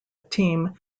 team